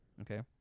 Okay